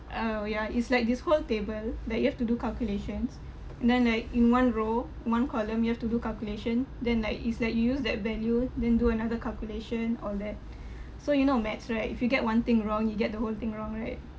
oh ya it's like this whole table that you have to do calculations and then like in one row in one column you have to do calculation then like is like you use that value then do another calculation all that so you know maths right if you get one thing wrong you get the whole thing wrong right